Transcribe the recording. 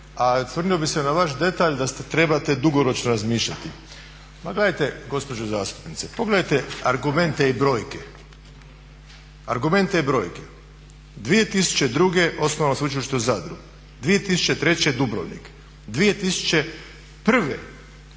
A osvrnuo bih se na vaš detalj da trebate dugoročno razmišljati. Ma gledajte gospođo zastupnice, pogledajte argumente i brojke, 2002. osnovano Sveučilište u Zadru, 2003. Dubrovnik, 2001.